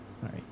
sorry